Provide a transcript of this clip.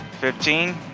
Fifteen